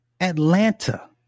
Atlanta